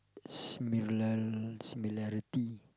similari~ similarity